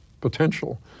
potential